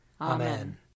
Amen